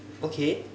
okay